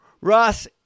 Ross